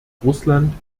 russland